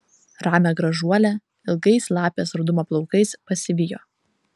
ramią gražuolę ilgais lapės rudumo plaukais pasivijo